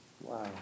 Wow